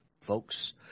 folks